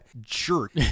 jerk